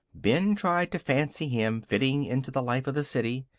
ben tried to fancy him fitting into the life of the city.